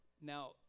Now